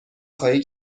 خواهی